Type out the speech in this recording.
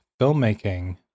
filmmaking